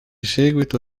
seguito